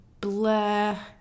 blah